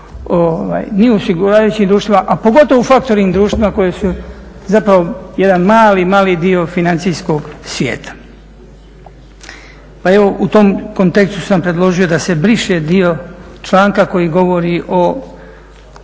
ni u osiguravajućim društvima, a pogotovo u faktoring društvima koji su zapravo jedan mali, mali dio financijskog svijeta. Pa evo u tom kontekstu sam predložio da se briše dio članka koji govori o